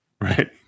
Right